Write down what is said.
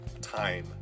time